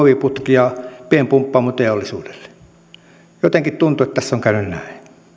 muoviputkia pitkin pienpumppaamoteollisuudelle jotenkin tuntuu että tässä on käynyt näin